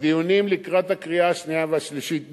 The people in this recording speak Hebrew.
בדיונים לקראת הקריאה השנייה והשלישית נידרש,